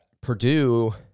Purdue